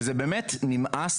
באמת כבר נמאס.